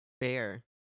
Fair